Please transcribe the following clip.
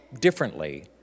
differently